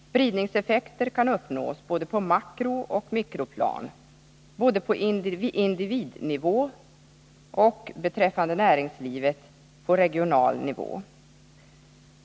Spridningseffekter kan uppnås både på makrooch på mikroplan, både på individnivå och, beträffande näringslivet, på regional nivå.